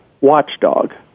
watchdog